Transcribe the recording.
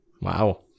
wow